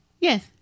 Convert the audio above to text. Yes